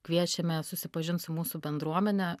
kviečiame susipažint su mūsų bendruomene